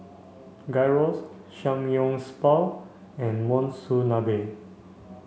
Gyros Samgyeopsal and Monsunabe